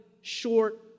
short